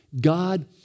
God